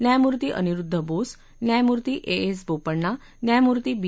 न्यायमूर्ति अनिरूद्ध बोस न्यायमूर्ति A S Bopanna न्यायमूर्ति बी